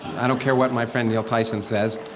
i don't care what my friend neil tyson says.